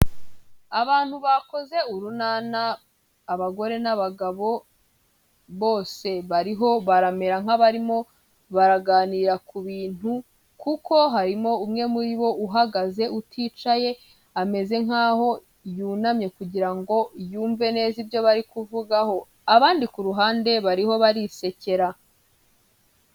Abantu bakoze urunana abagore n'abagabo, bose bariho baramera nk'abarimo baraganira ku bintu, kuko harimo umwe muri bo uhagaze uticaye ameze nk'aho yunamye kugira ngo yumve neza ibyo bari kuvugaho, abandi ku ruhande bariho barisekera.